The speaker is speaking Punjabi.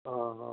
ਹਾਂ ਹਾਂ